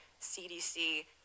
CDC